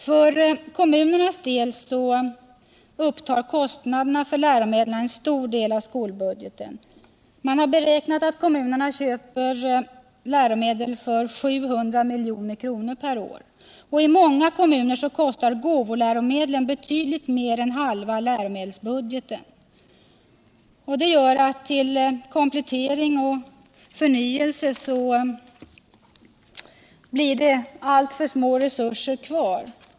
För kommunernas del upptar kostnaderna för läromedel en stor del av skolbudgeten. Man har beräknat att kommunerna köper läromedel för 700 milj.kr. per år. I många kommuner kostar gåvoläromedlen betydligt mer än halva läromedelsbudgeten. Det gör att till komplettering och förnyelse blir det alltför små resurser kvar.